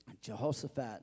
Jehoshaphat